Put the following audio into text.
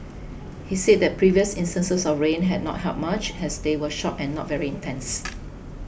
he said that previous instances of rain had not helped much as they were short and not very intense